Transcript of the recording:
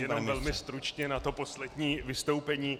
Jenom velmi stručně na to poslední vystoupení.